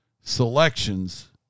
selections